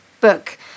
book